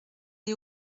les